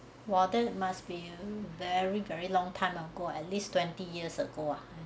!wah! that must be very very long time ago at least twenty years ago ah